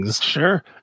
sure